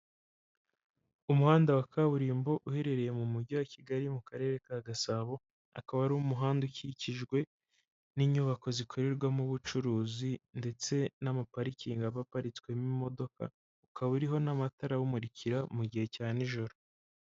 Umuhanda wa kaburimbo uherereye mu mujyi wa Kigali mu karere ka Gasabo, akaba ari umuhanda ukikijwe n'inyubako zikorerwamo ubucuruzi ndetse n'amaparikingi aba aparitswemo imodoka, ukaba iriho n'amatara awumurikira mu gihe cya nijoro.